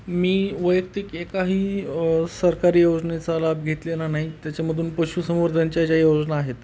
मी वैयक्तिक एकाही सरकारी योजनेचा लाभ घेतलेला नाही त्याच्यामधून पशुसंवर्धनच्या ज्या योजना आहेत